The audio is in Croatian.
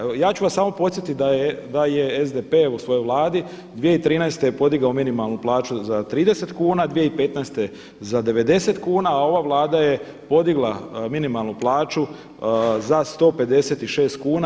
Evo ja ću vas samo podsjetiti da je SDP u svojoj Vladi 2013. podigao minimalnu plaću za 30 kuna, 2015. za 90 kuna, a ova Vlada je podigla minimalnu plaću za 156 kuna.